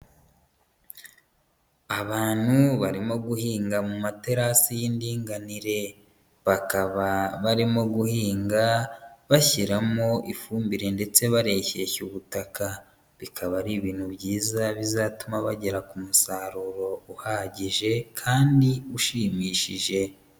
Abantu barimo guhinga mu materasi y'indinganire, bakaba barimo guhinga bashyiramo ifumbire ndetse bareshyeshya ubutaka, bikaba ari ibintu byiza bizatuma bagera ku musaruro uhagije kandi ushimishije.